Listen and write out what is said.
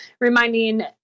reminding